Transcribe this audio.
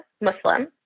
Muslim